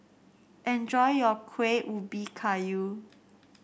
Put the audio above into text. enjoy your Kueh Ubi Kayu